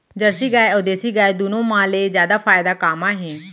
Jersey गाय अऊ देसी गाय दूनो मा ले जादा फायदा का मा हे?